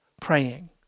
praying